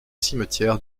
cimetière